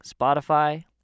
Spotify